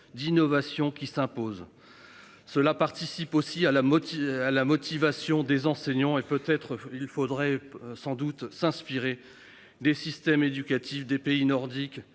d'innovations qui s'impose. Cela participe aussi à la mode. Ah la motivation des enseignants et peut être il faudrait sans doute s'inspirer des systèmes éducatifs des pays nordiques